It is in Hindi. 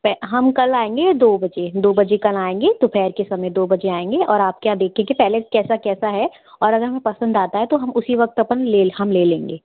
पै हम कल आएँगे दो बजे दो बजे कल आएँगे दोपहर के समय दो बजे आएँगे और आपके यहाँ देखेंगे पहले कैसा कैसा है और अगर हमें पसंद आता है तो हम उसी वक़्त अपन ले हम ले लेंगे